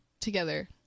together